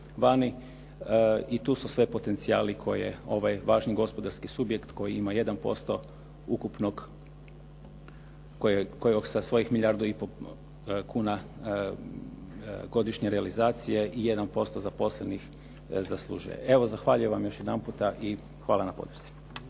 vani i tu sve potencijali koje ovaj važni gospodarski subjekt koji ima 1% ukupnog, koji sa svojih milijardu i pol kuna godišnje realizacije i 1% zaposlenih zaslužuje. Evo zahvaljujem vam još jedanputa i hvala na podršci.